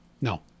No